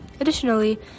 Additionally